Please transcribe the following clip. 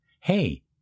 Hey